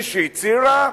שמי שהצהירה,